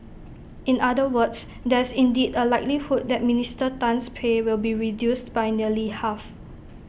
in other words there is indeed A likelihood that Minister Tan's pay will be reduced by nearly half